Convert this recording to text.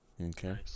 Okay